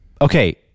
Okay